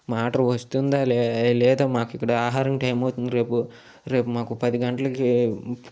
matter వస్తుందా లేదా మాకు ఇక్కడ ఆహారం టైమ్ అవుతుంది రేపు రేపు మాకు పది గంటలకి